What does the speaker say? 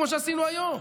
כמו שעשינו היום.